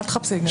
ניגשנו לבג"ץ,